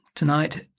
Tonight